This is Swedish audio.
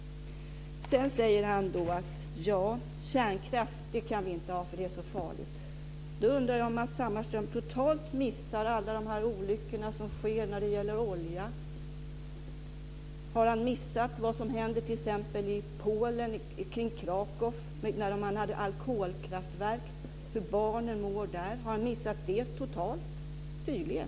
Sedan säger Matz Hammarström att vi inte kan ha kärnkraft eftersom den är så farlig. Då undrar jag om Matz Hammarström helt har missat alla de olyckor som sker när det gäller olja. Har han missat vad som händer i t.ex. Polen kring Krakow när man har kolkraftverk och hur barnen mår där? Han har tydligen helt missat det.